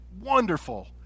wonderful